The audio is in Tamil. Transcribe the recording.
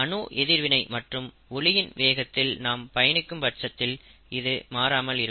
அணு எதிர்வினை மற்றும் ஒளியின் வேகத்தில் நாம் பயணிக்கும் பட்சத்தில் இது மாறாமல் இருக்கும்